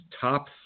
top